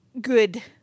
good